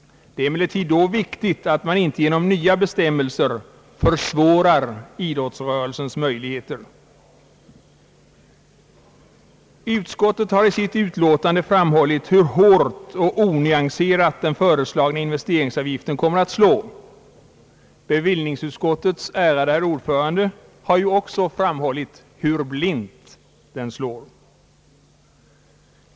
Det är emellertid då viktigt att man inte genom nya bestämmelser försvårar idrottsrörelsens möjligheter. Utskottet har i sitt utlåtande framhållit hur hårt och onyanserat den föreslagna investeringsavgiften kommer att slå. Bevillningsutskottets ärade herr ordförande har ju också talat om hur blint den slår.